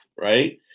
right